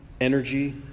energy